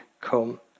come